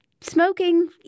Smoking